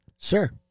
sure